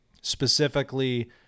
specifically